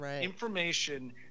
information